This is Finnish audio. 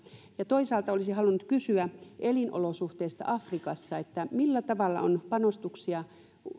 ja toisaalta olisin halunnut kysyä elinolosuhteista afrikassa millä tavalla on panostuksia hyödyntää